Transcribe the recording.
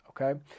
okay